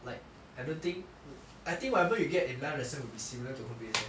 like I don't think I think whatever you get in live lesson will be similar to home based eh